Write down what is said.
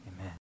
amen